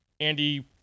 Andy